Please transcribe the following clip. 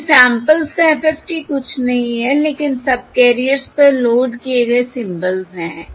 इसलिए सैंपल्स का FFT कुछ नहीं है लेकिन सबकैरियर्स पर लोड किए गए सिंबल्स हैं